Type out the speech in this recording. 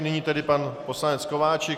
Nyní tedy pan poslanec Kováčik.